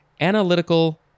Analytical